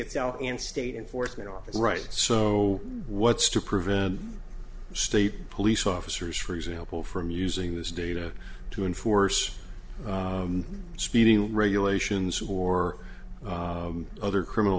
itself and state enforcement office right so what's to prevent state police officers for example from using this data to enforce speeding regulations who are other criminal